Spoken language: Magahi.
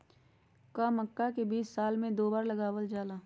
का मक्का के बीज साल में दो बार लगावल जला?